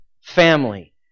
family